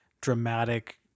Dramatic